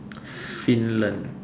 Finland